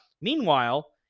Meanwhile